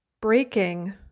breaking